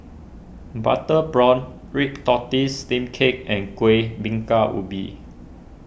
Butter Prawn Red Tortoise Steamed Cake and Kueh Bingka Ubi